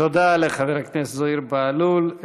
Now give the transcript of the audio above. תודה לחבר הכנסת זוהיר בהלול.